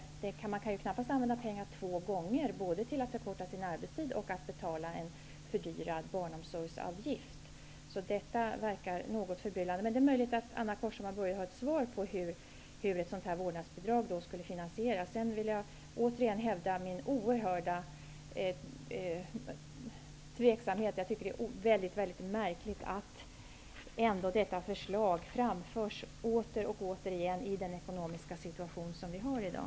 Man kan knappast använda pengar två gånger, dvs. både till att förkorta arbetstiden och till att betala en fördyrad barnomsorgsavgift. Det verkar något förbryllande. Men det är möjligt att Anna Corshammar-Bojerud har ett svar på hur ett sådant vårdnadsbidrag skall finansieras. Jag vill återigen hävda min oerhörda tveksamhet. Jag tycker att det är märkligt att detta förslag framförs åter och återigen i den ekonomiska situation vi har i dag.